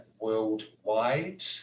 worldwide